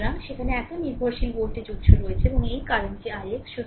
সুতরাং সেখানে এত নির্ভরশীল ভোল্টেজ উত্স রয়েছে এবং এই কারেন্ট টি ix